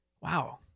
Wow